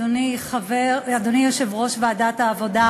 אדוני יושב-ראש ועדת העבודה,